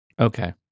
Okay